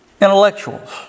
intellectuals